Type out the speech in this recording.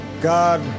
God